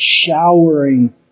showering